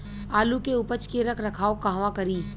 आलू के उपज के रख रखाव कहवा करी?